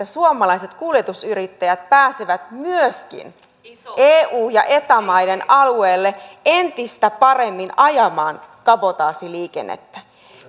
suomalaiset kuljetusyrittäjät pääsevät myöskin eu ja eta maiden alueelle entistä paremmin ajamaan kabotaasiliikennettä